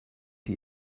die